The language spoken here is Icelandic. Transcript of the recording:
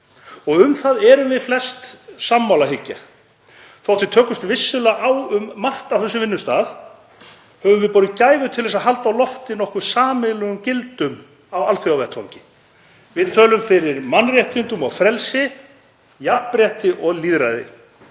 og um það erum við flest sammála, hygg ég. Þótt við tökumst vissulega á um margt á þessum vinnustað höfum við borið gæfu til að halda á lofti nokkuð sameiginlegum gildum á alþjóðavettvangi. Við tölum fyrir mannréttindum og frelsi, jafnrétti og lýðræði.